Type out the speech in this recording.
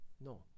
No